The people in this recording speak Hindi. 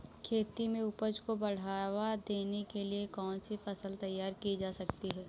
खेती में उपज को बढ़ावा देने के लिए कौन सी फसल तैयार की जा सकती है?